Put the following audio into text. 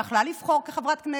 שהיא יכלה לבחור כחברת כנסת,